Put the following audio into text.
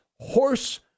horse